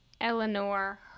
Eleanor